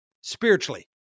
spiritually